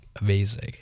amazing